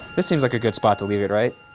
this seems like a good spot to leave it, right?